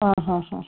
ಹಾಂ ಹಾಂ ಹಾಂ